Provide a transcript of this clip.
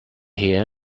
here